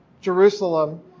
Jerusalem